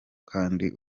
kandi